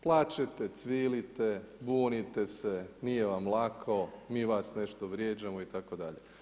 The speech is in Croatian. Plačete, cvilite, bunite se, nije vam lako, mi vas nešto vrijeđamo itd.